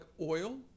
oil